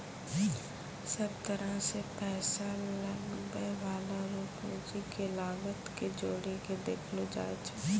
सब तरह से पैसा लगबै वाला रो पूंजी के लागत के जोड़ी के देखलो जाय छै